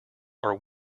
are